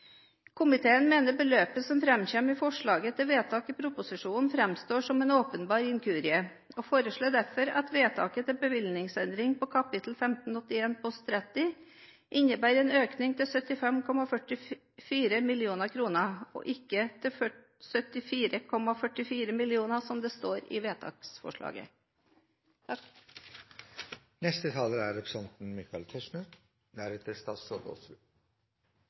Komiteen mener beløpet som framkommer i forslaget til vedtak i proposisjonen, framstår som en åpenbar inkurie og foreslår derfor at vedtaket til bevilgningsendring på kap. 1581 post 30 innebærer en økning til 75,44 mill. kr – ikke til 74,44 mill. kr som det står i vedtaksforslaget.